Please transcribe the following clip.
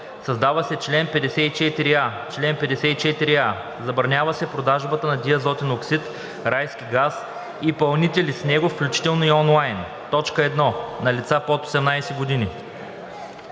Създава се чл. 54а: „Чл. 54а. Забранява се продажбата на диазотен оксид (райски газ) и пълнители с него, включително и онлайн: 1. на лица под 18 години;